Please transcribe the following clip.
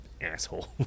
asshole